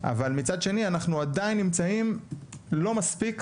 אבל מצד שני אנחנו עדיין נמצאים לא מספיק